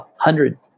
hundred